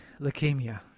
leukemia